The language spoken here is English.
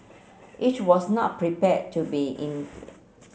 it was not prepared to be